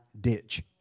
ditch